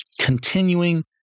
Continuing